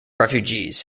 refugees